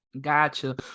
gotcha